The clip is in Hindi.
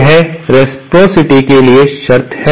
यह रेसप्रॉसिटी के लिए शर्त है